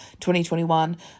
2021